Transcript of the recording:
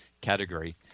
category